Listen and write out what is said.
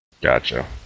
Gotcha